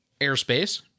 airspace